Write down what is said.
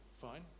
Fine